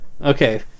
Okay